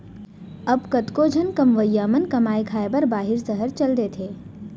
अब कतको झन कमवइया मन कमाए खाए बर बाहिर सहर चल देथे